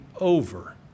over